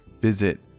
visit